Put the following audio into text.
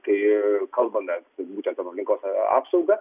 tai kalbame būtent apie aplinkos apsaugą